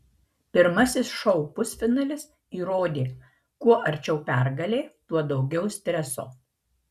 pirmasis šou pusfinalis įrodė kuo arčiau pergalė tuo daugiau streso